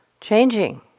changing